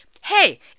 Hey